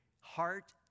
heart